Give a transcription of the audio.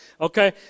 okay